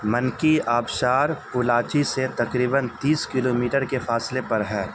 منکی آبشار پولاچی سے تقریباً تیس کلومیٹر کے فاصلے پر ہے